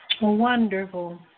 Wonderful